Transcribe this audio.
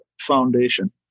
foundation